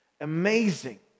Amazing